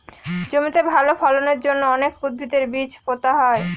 জমিতে ভালো ফলনের জন্য অনেক উদ্ভিদের বীজ পোতা হয়